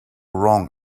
wrong